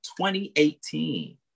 2018